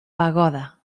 pagoda